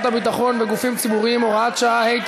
הביטחון בגופים ציבוריים (הוראת שעה),